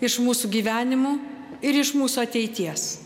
iš mūsų gyvenimų ir iš mūsų ateities